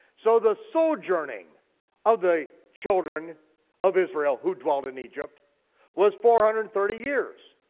so the sojourning of the children of israel who dwelled in egypt was four hundred and thirty years.